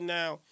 now